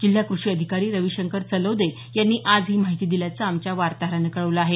जिल्हा कृषी अधिकारी रविशंकर चलवदे यांनी आज ही माहिती दिल्याचं आमच्या वार्ताहरानं कळवलं आहे